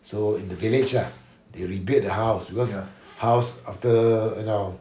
so in the village lah they rebuilt the house because house after you know